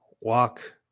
walk